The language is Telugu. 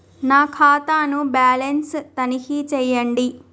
నా ఖాతా ను బ్యాలన్స్ తనిఖీ చేయండి?